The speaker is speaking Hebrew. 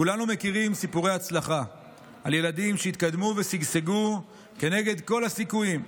כולנו מכירים סיפורי הצלחה על ילדים שהתקדמו ושגשגו כנגד כל הסיכויים.